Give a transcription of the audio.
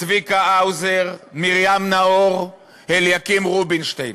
צביקה האוזר, מרים נאור, אליקים רובינשטיין.